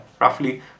roughly